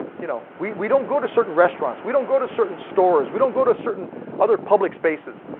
you know we we don't go to certain restaurants, we don't go to certain stores, we don't go to certain other public spaces.